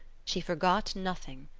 she forgot nothing,